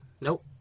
Nope